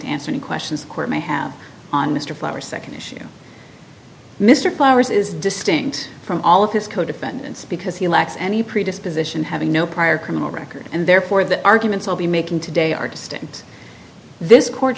to answer any questions the court may have on mr flowers second issue mr flowers is distinct from all of his co defendants because he lacks any predisposition having no prior criminal record and therefore the arguments i'll be making today are distinct this court